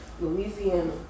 Louisiana